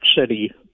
City